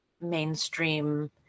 mainstream